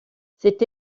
cette